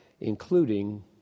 including